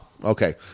Okay